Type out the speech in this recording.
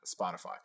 Spotify